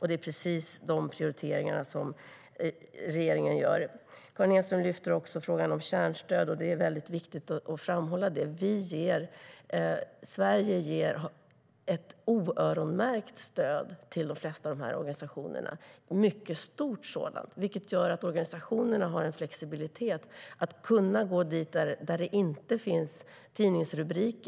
Det är precis de prioriteringar som regeringen gör. Karin Enström lyfter frågan om kärnstöd. Det är väldigt viktigt att framhålla det. Sverige ger ett oöronmärkt stöd till de flesta av de här organisationerna. Det är ett mycket stort sådant, vilket gör att organisationerna har en flexibilitet. De kan gå dit där det inte finns tidningsrubriker.